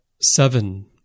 seven